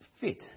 fit